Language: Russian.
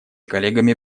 коллегами